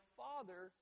father